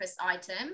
item